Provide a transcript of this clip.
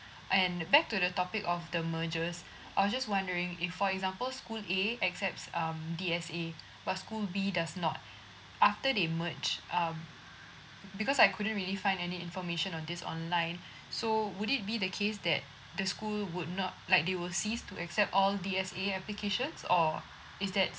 and back to the topic of the mergers I was just wondering if for example school A accepts um D_S_A but school B does not after they merge um because I couldn't really find any information on this online so would it be the case that the school would not like they will cease to accept all D_S_A applications or is that